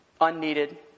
unneeded